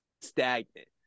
stagnant